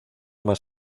más